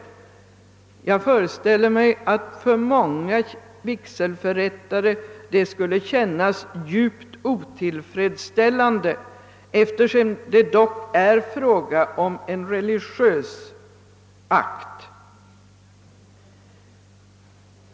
Jag föreställer mig att det skulle kännas djupt = otillfredsställande för många vigselförrättare, eftersom det dock är fråga om en religiös akt.